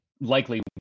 likely